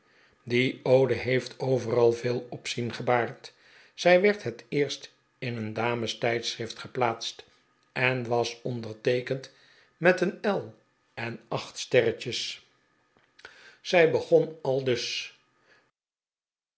die ode heeft overal veel opzien gebaard zij werd het eerst in een damestijdschrift geplaatst en was onderteekend met een l en acht sterretjes zij begon aldus